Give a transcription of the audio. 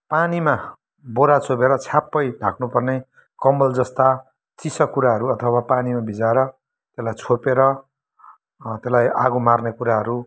पानीमा बोरा चोबेर छ्याप्पै ढाक्नु पर्ने कम्बल जस्ता चिसा कुराहरू अथवा पानीमा भिजाएर त्यसलाई छोपेर त्यसलाई आगो मार्ने कुराहरू